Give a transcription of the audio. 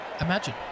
Imagine